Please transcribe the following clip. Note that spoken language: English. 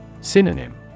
Synonym